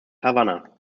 havana